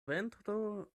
ventro